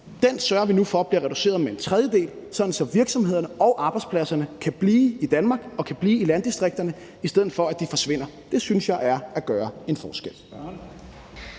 Den sørger vi nu for bliver reduceret med en tredjedel, sådan at virksomhederne og arbejdspladserne kan blive i Danmark og de kan blive i landdistrikterne, i stedet for at de forsvinder. Det synes jeg er at gøre en forskel.